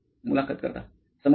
मुलाखत कर्ता समजतंय